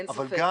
אין ספק.